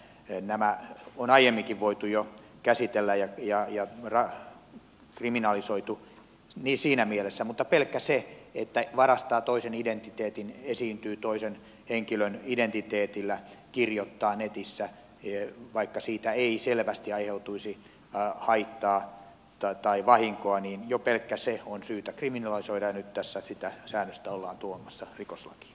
nämä on jo aiemminkin voitu käsitellä ja kriminalisoida siinä mielessä mutta jo pelkkä se että varastaa toisen identiteetin esiintyy toisen henkilön identiteetillä kirjoittaa netissä vaikka siitä ei selvästi aiheutuisi haittaa tai vahinkoa on syytä kriminalisoida ja nyt tässä sitä säännöstä ollaan tuomassa rikoslakiin